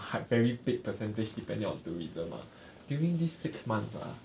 high very big percentage depending on tourism ah during these six months ah